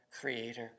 creator